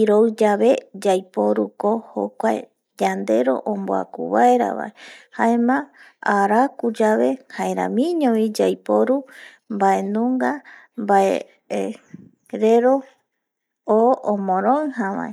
iroi yave yaiporu ko jokuae yanderoo onbuaku baera vae jaema ara ku yave jaeramiño bi yaiporu baenungha bae eh bae rero o omoronja bae